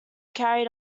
carried